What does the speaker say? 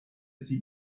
sie